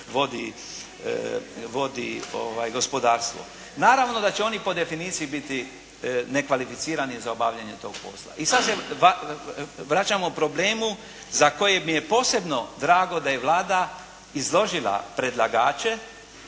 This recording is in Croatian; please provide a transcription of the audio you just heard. vodi gospodarstvo. Naravno da će oni po definiciji biti nekvalificirani za obavljanje tog posla. I sad se vraćamo problemu za koji mi je posebno drago da je Vlada izložila predlagače.